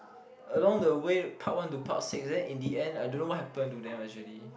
along the way part one to part six and then in the end I don't know what happen to them actually